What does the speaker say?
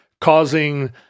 causing